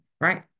right